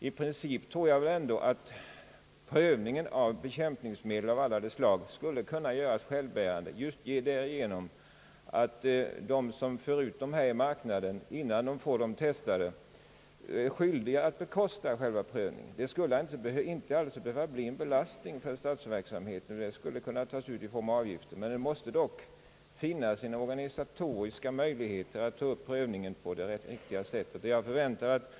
I princip tror jag ändå att prövningen av bekämpningsmedel av alla slag skulle kunna göras ekonomiskt självbärande just därigenom att de som för ut medlen i marknaden dessförinnan är skyldiga att bekosta själva prövningen. Det skulle alltså inte behöva bli en belastning för statsverksamheten utan kostnaderna skulle kunna tas ut i form av avgifter. Det måste dock finnas organisatoriska möjligheter att verkställa en prövning på det riktiga sättet, och jag förväntar att naturresursutredningen mycket snart kan komma till ett förslag i detta avseende, som vi kan få ta ställning till.